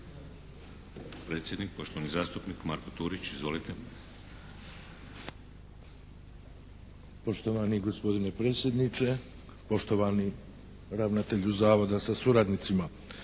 predsjednik, poštovani zastupnik Marko Turić. Izvolite.